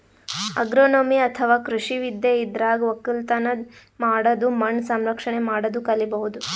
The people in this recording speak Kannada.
ಅಗ್ರೋನೊಮಿ ಅಥವಾ ಕೃಷಿ ವಿದ್ಯೆ ಇದ್ರಾಗ್ ಒಕ್ಕಲತನ್ ಮಾಡದು ಮಣ್ಣ್ ಸಂರಕ್ಷಣೆ ಮಾಡದು ಕಲಿಬಹುದ್